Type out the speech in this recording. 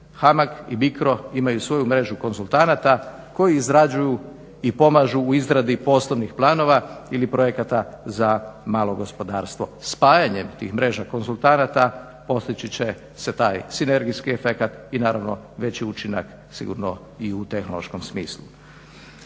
HAMAG i BICRO imaju svoju mrežu konzultanata koji izrađuju i pomažu u izradi poslovnih planova ili projekata za malo gospodarstvo. Spajanjem tih mreža konzultanata postići će se taj sinergijski efekat i naravno veći učinak sigurno i u tehnološkom smislu.